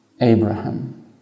Abraham